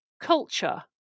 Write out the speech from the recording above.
culture